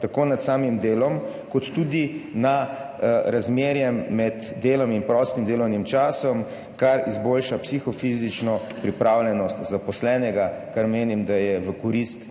tako nad samim delom kot tudi nad razmerjem med delom in prostim časom, kar izboljša psihofizično pripravljenost zaposlenega, kar menim, da je v korist